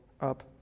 up